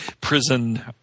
prison